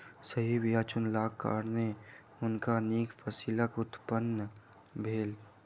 सही बीया चुनलाक कारणेँ हुनका नीक फसिलक उत्पादन भेलैन